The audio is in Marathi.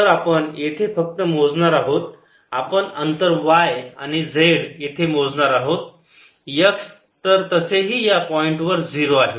तर आपण येथे फक्त येथे मोजणार आहोत आपण अंतर y आणि z येथे मोजणार आहोत x तर तसेही या पॉईंटवर 0 आहे